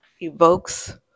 evokes